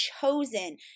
chosen